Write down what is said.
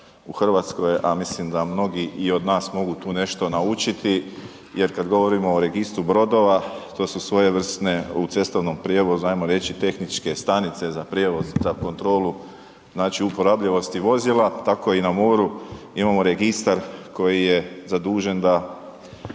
Hrvatskoj, a mislim da mnogi i od nas mogu tu nešto naučiti jer kad govorimo o Registru brodova, to su svojevrsne u cestovnom prijevozu, hajmo reći tehničke stanice za prijevoz, za kontrolu, znači uporabljivost vozila. Tako i na moru imamo Registar koji je zadužen da